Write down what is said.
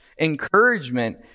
encouragement